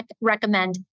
recommend